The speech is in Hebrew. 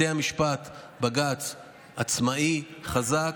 בתי המשפט, בג"ץ עצמאי, חזק.